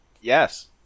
Yes